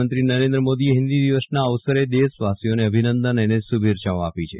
પ્રધાનમંત્રી નરેન્દ્ર મોદીએ હિન્દી દિવસના અવસરે દેશવાસીઓને અભિનંદન અને શુભેચ્છાઓ આપી છે